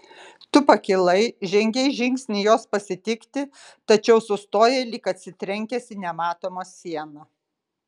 tu pakilai žengei žingsnį jos pasitikti tačiau sustojai lyg atsitrenkęs į nematomą sieną